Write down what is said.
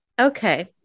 okay